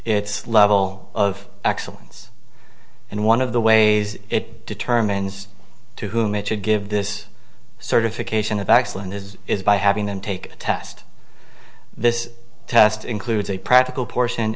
its level of excellence and one of the ways it determines to whom it should give this certification a backslidden this is by having them take a test this test includes a practical portion